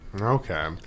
Okay